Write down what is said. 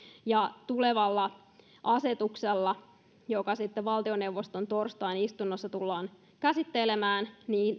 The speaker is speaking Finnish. ja tulevalla asetuksella joka sitten valtioneuvoston torstain istunnossa tullaan käsittelemään